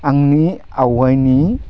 आंनि आवगायनि